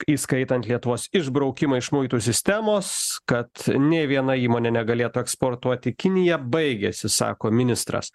įskaitant lietuvos išbraukimą iš muitų sistemos kad nė viena įmonė negalėtų eksportuot į kiniją baigėsi sako ministras